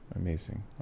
amazing